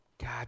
God